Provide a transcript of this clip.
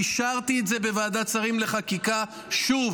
ואישרתי את זה בוועדת השרים לחקיקה שוב